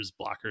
blockers